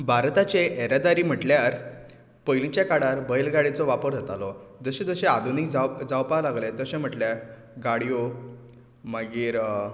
भारताचें येरादारी म्हणल्यार पयलींच्या काळार बैलगाडीचो वापर जातालो जशें जशें आदुनीक जाव जावपा लागलें तशें म्हणल्यार गाडयो मागीर